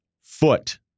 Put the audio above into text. foot